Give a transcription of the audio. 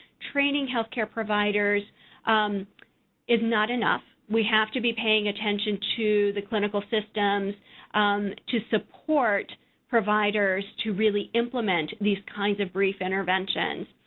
training health care providers is not enough. we have to be paying attention to the clinical systems to support providers to really implement these kinds of brief interventions.